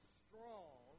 strong